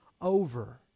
over